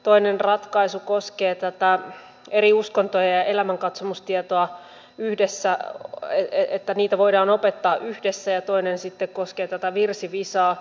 toinen ratkaisu koskee tätä että eri uskontoja ja elämänkatsomustietoa voidaan opettaa yhdessä ja toinen sitten koskee tätä virsivisaa